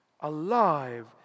alive